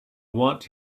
want